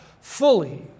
fully